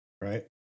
right